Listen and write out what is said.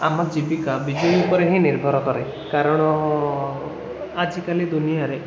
ଆମ ଜୀବିକା ବିଜୁଳି ଉପରେ ହିଁ ନିର୍ଭର କରେ କାରଣ ଆଜିକାଲି ଦୁନିଆରେ